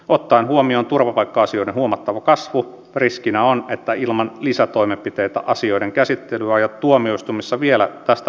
ottaen huomion turvapaikka asioiden huomattavan kasvun riskinä on että ilman lisätoimenpiteitä asioiden käsittelyajat tuomioistuimessa vielä tästä pitenevät